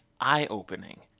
eye-opening